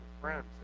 friends